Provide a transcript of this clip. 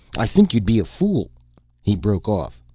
i think you'd be a fool he broke off,